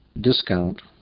discount